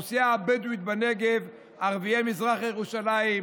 האוכלוסייה הבדואית בנגב, ערביי מזרח ירושלים,